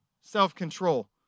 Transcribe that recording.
self-control